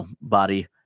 body